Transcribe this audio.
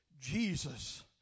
Jesus